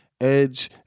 edge